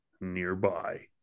nearby